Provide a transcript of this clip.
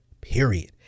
period